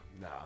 Nah